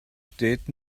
steht